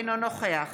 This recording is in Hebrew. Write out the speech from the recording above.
אינו נוכח